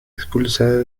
expulsada